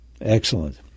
excellent